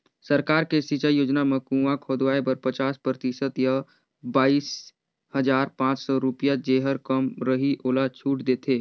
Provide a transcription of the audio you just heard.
सरकार के सिंचई योजना म कुंआ खोदवाए बर पचास परतिसत य बाइस हजार पाँच सौ रुपिया जेहर कम रहि ओला छूट देथे